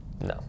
No